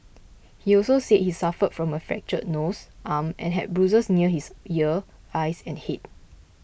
he also said he suffered from a fractured nose arm and had bruises near his ear eyes and head